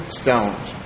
stones